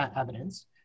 evidence